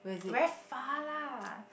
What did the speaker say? very far lah